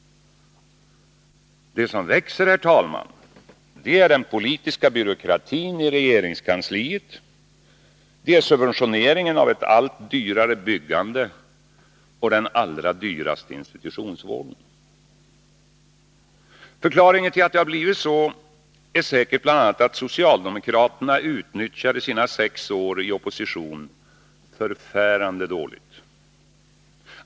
Det som växer är den politiska byråkratin i regeringskansliet, subventioneringen av ett allt dyrare byggande och den allra dyraste institutionsvården. Förklaringen till att det blivit så är säkert bl.a. att socialdemokraterna utnyttjade sina sex år i opposition förfärande dåligt.